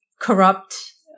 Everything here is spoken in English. corrupt